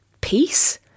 peace